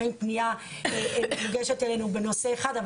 לפעמים פנייה מוגשת אלינו בנושא אחד אבל